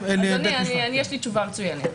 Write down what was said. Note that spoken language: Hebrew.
אדוני, יש לי תשובה מצוינת.